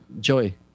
Joey